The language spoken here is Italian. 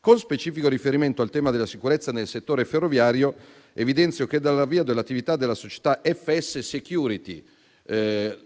Con specifico riferimento al tema della sicurezza nel settore ferroviario, evidenzio che dall'avvio dell'attività della società FS security,